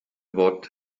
wort